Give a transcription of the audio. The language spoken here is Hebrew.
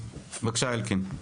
בבקשה, אלקין.